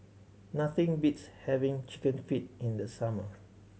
nothing beats having Chicken Feet in the summer